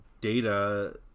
data